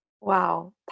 Wow